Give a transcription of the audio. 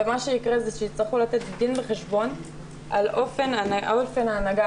ומה שיקרה זה שיצטרכו לתת דין וחשבון על אופן ההנהגה,